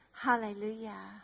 Hallelujah